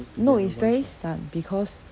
no it's very 散 because